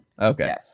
Okay